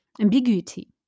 Ambiguity